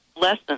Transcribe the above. lessons